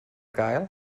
gael